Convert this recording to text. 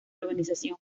organización